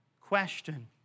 question